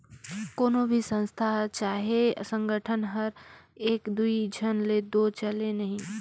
कोनो भी संस्था चहे संगठन हर एक दुई झन ले दो चले नई